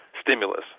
stimulus